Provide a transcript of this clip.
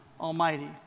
Almighty